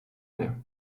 mnie